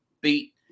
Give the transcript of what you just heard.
beat